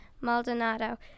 Maldonado